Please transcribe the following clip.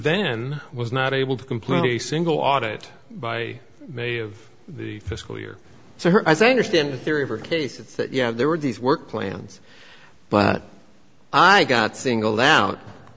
then was not able to complete a single audit by may of the fiscal year so her as i understand the theory of her case it's that yeah there were these work plans but i got singled out